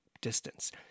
distance